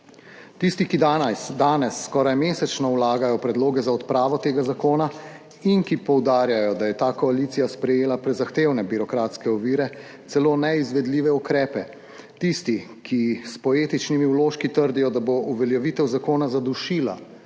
Tisti, ki danes skoraj mesečno vlagajo predloge za odpravo tega zakona in ki poudarjajo, da je ta koalicija sprejela prezahtevne birokratske ovire, celo neizvedljive ukrepe, tisti, ki s poetičnimi vložki trdijo, da bo uveljavitev zakona zadušila